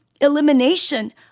elimination